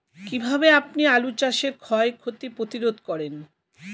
কীভাবে আপনি আলু চাষের ক্ষয় ক্ষতি প্রতিরোধ করেন?